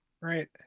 right